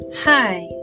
hi